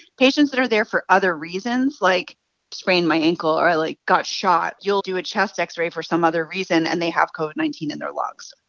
patients that are there for other reasons, like sprained my ankle or, like, got shot, you'll do a chest x-ray for some other reason, and they have covid nineteen in their lungs.